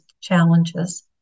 challenges